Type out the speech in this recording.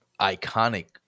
iconic